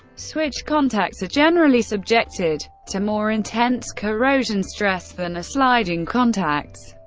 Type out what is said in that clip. switch contacts are generally subjected to more intense corrosion stress than are sliding contacts.